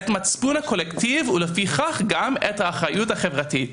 את מצפון הקולקטיב ולפיכך גם את האחריות החברתית,